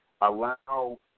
allow